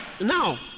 Now